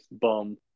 bum